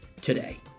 today